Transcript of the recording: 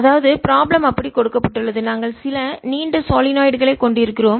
அதாவது ப்ராப்ளம் அப்படி கொடுக்கப்பட்டுள்ளது நாங்கள் சில நீண்ட சொலினாய்டு களைக் கொண்டிருக்கிறோம்